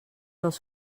els